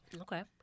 Okay